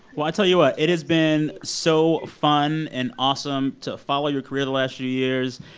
well, i'll tell you what. it has been so fun and awesome to follow your career the last few years,